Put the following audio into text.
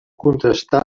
contrastar